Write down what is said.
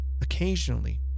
Occasionally